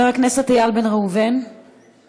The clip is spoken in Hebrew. מוותר, חבר הכנסת איל בן ראובן, מוותר.